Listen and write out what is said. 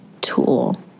tool